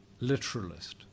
literalist